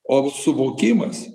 o suvokimas